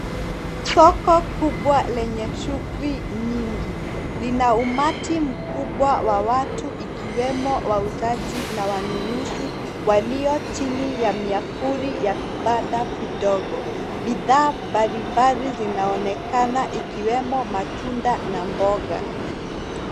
Soko kubwa lenye shughuli nyingi. Lina umati mkubwa wa watu ikiwemo wauzaji na wanunuzi walio chini ya miavuli ya vibanda vidogo. Bidhaa mbalimbali zinaonekana ikiwemo matunda na mboga.